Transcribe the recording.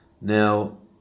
Now